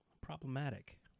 Problematic